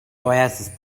oasis